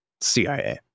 CIA